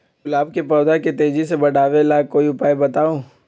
गुलाब के पौधा के तेजी से बढ़ावे ला कोई उपाये बताउ?